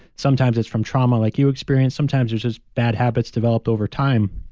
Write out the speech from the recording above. sometimes it's from trauma, like you experienced sometimes there's just bad habits developed over time.